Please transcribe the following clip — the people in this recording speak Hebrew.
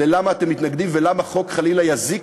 למה אתם מתנגדים ולמה החוק חלילה יזיק